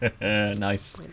nice